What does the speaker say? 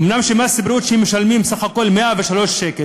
אומנם מס בריאות הם משלמים בסך הכול 103 שקל,